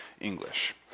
English